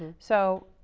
so,